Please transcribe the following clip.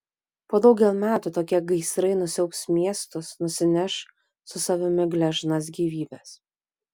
po daugel metų tokie gaisrai nusiaubs miestus nusineš su savimi gležnas gyvybes